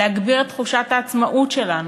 להגביר את תחושת העצמאות שלנו,